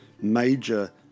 major